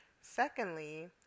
Secondly